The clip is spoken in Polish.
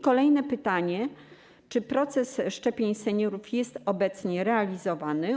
Kolejne pytanie: Czy proces szczepień seniorów jest obecnie realizowany?